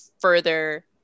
further